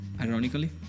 ironically